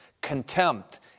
Contempt